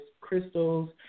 crystals